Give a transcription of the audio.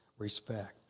respect